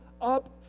up